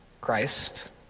Christ